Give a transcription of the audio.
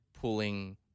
pulling